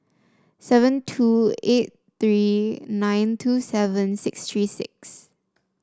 seven two eight three nine two seven six three six